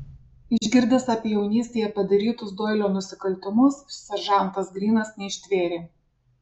išgirdęs apie jaunystėje padarytus doilio nusikaltimus seržantas grynas neištvėrė